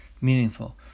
meaningful